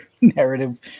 narrative